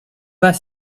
pas